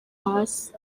hasi